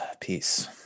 Peace